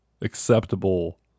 acceptable